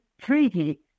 treaty